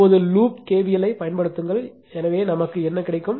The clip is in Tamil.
இப்போது லூப் KVL ஐப் பயன்படுத்துங்கள் எனவே நமக்கு என்ன கிடைக்கும்